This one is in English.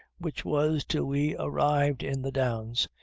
which was till we arrived in the downs,